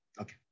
okay